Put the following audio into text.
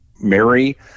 Mary